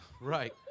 Right